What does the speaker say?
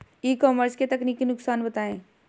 ई commerce के तकनीकी नुकसान बताएं?